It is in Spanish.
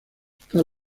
está